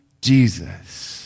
Jesus